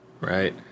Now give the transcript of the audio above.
right